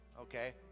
okay